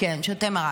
כן, שותה מרק.